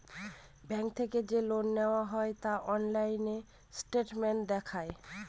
bank থেকে যে loan নেওয়া হয় তা অনলাইন স্টেটমেন্ট দেখায়